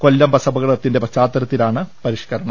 കൊല്ലം ബസ്സ്പകടത്തിന്റെ പശ്ചാത്തലത്തിലാണ് പരി ഷ്കരണം